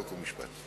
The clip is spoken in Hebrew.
חוק ומשפט.